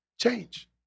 change